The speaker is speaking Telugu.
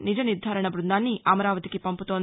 నిజ నిర్దారణ బ్బందాన్ని అమరావతికి పంపుతోంది